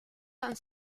han